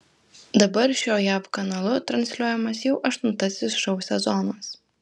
dabar šiuo jav kanalu transliuojamas jau aštuntasis šou sezonas